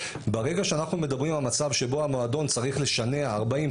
ברגע שאנחנו מדברים על מצב שבו המועדון צריך לשנע 40,